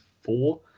four